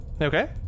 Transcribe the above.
Okay